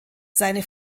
seine